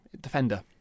defender